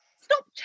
Stop